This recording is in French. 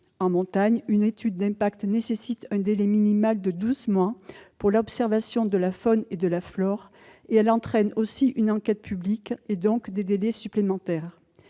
réalisation d'une étude d'impact nécessite un délai minimal de douze mois pour l'observation de la faune et de la flore et entraîne une enquête publique, donc des délais supplémentaires.